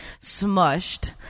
Smushed